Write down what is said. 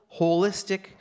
holistic